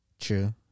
True